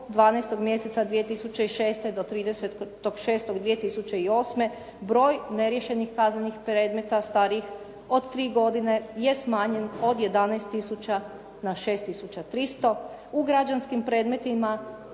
12 mjeseca 2006. do 30.6.2008. broj neriješenih kaznenih predmeta starijih od 3 godine je smanjen od 11000 na 6300. U građanskim predmetima